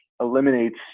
eliminates